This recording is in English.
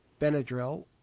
Benadryl